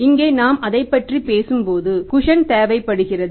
இங்கே நாம் அதைப் பற்றி பேசும்போது குஷன் தேவைப்படுகிறது